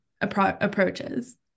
approaches